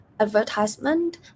Advertisement